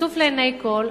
חשוף לעיני כול.